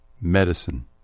Medicine